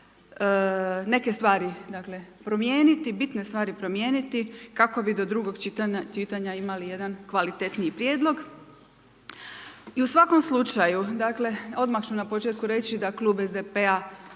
Neke stvari dakle promijeniti, bitne stvari promijeniti kako bi do drugog čitanja imali jedan kvalitetniji prijedlog. I u svakom slučaju, dakle odmah ću na početku reći da klub SDP-a